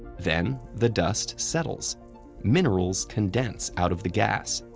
then, the dust settles minerals condense out of the gas.